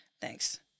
Thanks